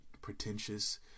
pretentious